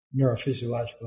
neurophysiological